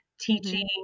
teaching